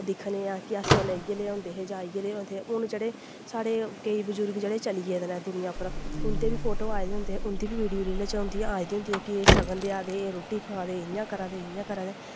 दिक्खने आं कि अस उसलै इ'यै जेह् होंदे हे जां इ'यै जेह् होंदे हे हून जेह्ड़े साढ़े केईं बजुर्ग चली गेदे न दुनियां परा दा उं'दे बी फोटो आए दे होंदे उं'दियां बी वीडियो रीलां उं'दे च आई दियां होंदियां कि एह् सगन देआ दे एह् रुट्टी खा दे इ'यां करा दे इ'यां करा दे ते अगर